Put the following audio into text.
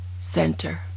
center